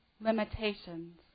limitations